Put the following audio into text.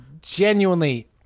genuinely